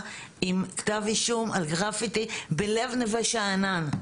עם כתב אישום על גרפיטי בלב נווה שאנן.